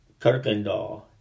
Kirkendall